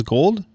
Gold